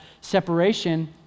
separation